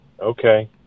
Okay